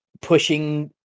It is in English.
pushing